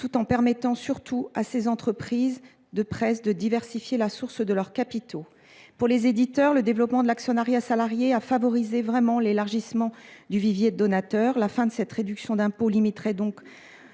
tout en permettant aux entreprises de presse de diversifier leurs sources de capitaux. Pour les éditeurs, le développement de l’actionnariat salarié a réellement favorisé l’élargissement du vivier de donateurs. La fin de cette réduction d’impôt limiterait donc